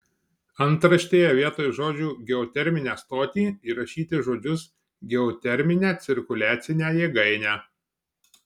antraštėje vietoj žodžių geoterminę stotį įrašyti žodžius geoterminę cirkuliacinę jėgainę